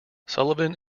sullivan